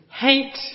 Hate